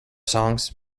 songs